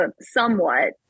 somewhat